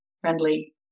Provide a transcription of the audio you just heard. friendly